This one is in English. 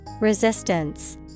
Resistance